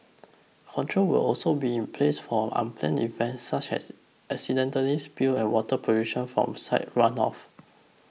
controls will also be in place for unplanned events such as accidental spills and water pollution from site runoff